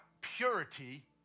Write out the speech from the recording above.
Purity